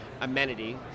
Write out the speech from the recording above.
amenity